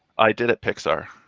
i did at pixar.